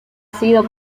sido